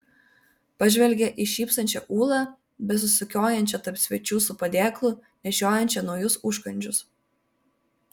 pažvelgė į šypsančią ūlą besisukiojančią tarp svečių su padėklu nešiojančią naujus užkandžius